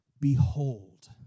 behold